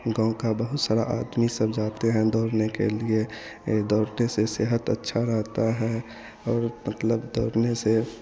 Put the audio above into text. गाँव का बहुत सारा आदमी सब जाते हैं दौड़ने के लिए दौड़ने से सेहत अच्छा रहता है और मतलब दौड़ने से